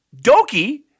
Doki